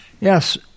Yes